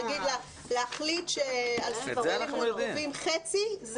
להחליט למשל שעל ספרי לימוד גובים חצי,